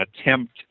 attempt